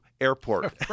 airport